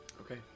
okay